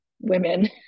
women